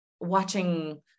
Watching